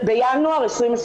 בינואר 2022?